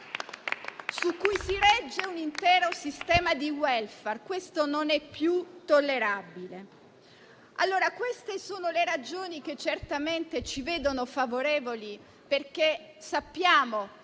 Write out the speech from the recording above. su cui si regge un intero sistema di *welfare.* Questo non è più tollerabile. Queste sono le ragioni che certamente ci vedono favorevoli, perché sappiamo